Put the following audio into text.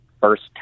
first